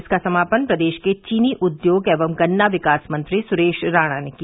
इसका समापन प्रदेश के चीनी उद्योग एवं गन्ना विकास मंत्री सुरेश राणा ने किया